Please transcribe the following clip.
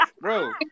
Bro